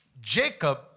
Jacob